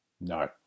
No